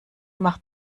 macht